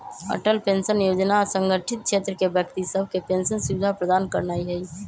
Atal pension जोजना असंगठित क्षेत्र के व्यक्ति सभके पेंशन सुविधा प्रदान करनाइ हइ